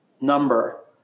number